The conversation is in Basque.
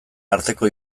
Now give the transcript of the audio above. arteko